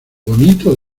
bonito